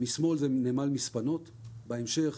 משמאל זה נמל מספנות ובהמשך